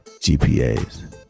GPAs